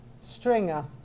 Stringer